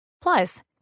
Plus